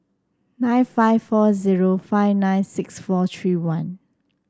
nine five four zero five nine six four three one